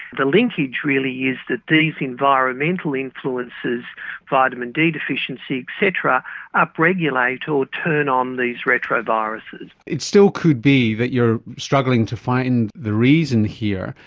the linkage really is that these environmental influences vitamin d deficiency et cetera up-regulate or turn on these retroviruses. it still could be that you are struggling to find the reason here,